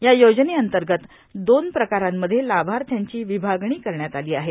या योजनेतंर्गत दोन प्रकारांमध्ये लाभार्थ्यांची विभागणी करण्यात आली आहे